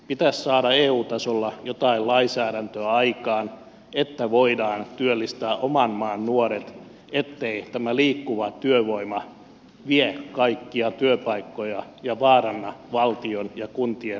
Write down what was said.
pitäisi saada eu tasolla jotain lainsäädäntöä aikaan niin että voidaan työllistää oman maan nuoret ettei tämä liikkuva työvoima vie kaikkia työpaikkoja ja vaaranna valtion ja kuntien